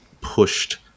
pushed